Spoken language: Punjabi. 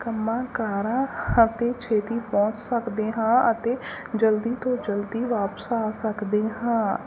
ਕੰਮਾਂ ਕਾਰਾਂ ਅਤੇ ਛੇਤੀ ਪਹੁੰਚ ਸਕਦੇ ਹਾਂ ਅਤੇ ਜਲਦੀ ਤੋਂ ਜਲਦੀ ਵਾਪਿਸ ਆ ਸਕਦੇ ਹਾਂ